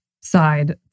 side